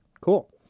Cool